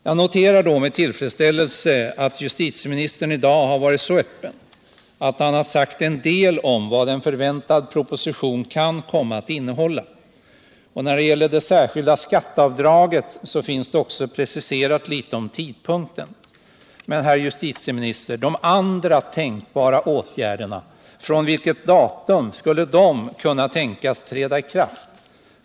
Jag noterar med tillfredsställelse att justitieministern i dag har varit så öppen att han sagt en del om vad den väntade propositionen kan komma att innehålla. När det gäller det särskilda skatteavdraget för underhållsbidrag till barn har han också preciserat tidpunkten för en ändring av reglerna. Men, herrjustitieminister, vilket datum skulle andra tänkbara åtgärder kunna träda i kraft?